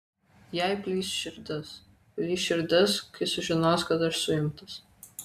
jai plyš širdis plyš širdis kai sužinos kad aš suimtas